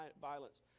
violence